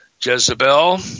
Jezebel